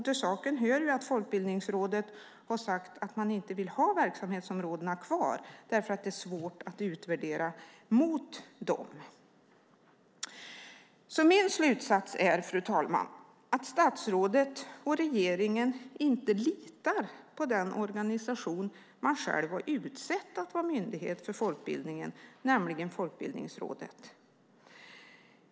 Till saken hör att Folkbildningsrådet har sagt att man inte vill ha verksamhetsområdena kvar därför att det är svårt att utvärdera mot dem. Fru talman! Min slutsats är att statsrådet och regeringen inte litar på den organisation man själv har utsett att vara myndighet för folkbildningen, nämligen Folkbildningsrådet.